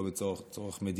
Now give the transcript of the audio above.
לא בגלל צורך מדיני,